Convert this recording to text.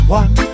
one